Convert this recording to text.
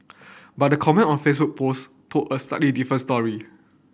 but the comment on Facebook post told a slightly different story